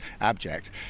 abject